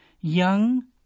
young